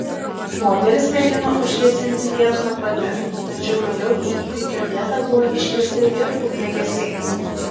moteris mėgino užgesinti liepsną pati tačiau vėliau į įvykio vietą buvo iškviesti ir ugniagesiai